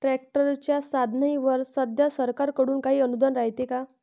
ट्रॅक्टरच्या साधनाईवर सध्या सरकार कडून काही अनुदान रायते का?